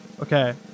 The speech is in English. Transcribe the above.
Okay